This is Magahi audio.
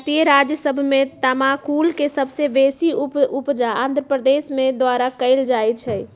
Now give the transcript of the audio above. भारतीय राज्य सभ में तमाकुल के सबसे बेशी उपजा आंध्र प्रदेश द्वारा कएल जाइ छइ